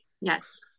Yes